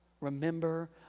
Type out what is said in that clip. remember